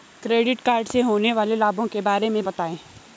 Credit card से होने वाले लाभों के बारे में बताएं?